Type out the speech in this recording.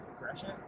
progression